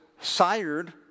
sired